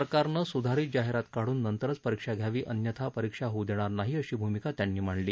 सरकारनं सुधारित जाहिरात काढून नंतरच परीक्षा घ्यावी अन्यथा परीक्षा होऊ देणार नाही अशी भूमिका त्यांनी मांडली